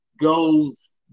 goes